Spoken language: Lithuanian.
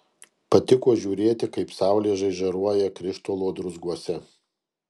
patiko žiūrėti kaip saulė žaižaruoja krištolo druzguose